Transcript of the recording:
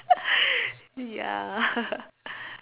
ya